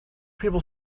people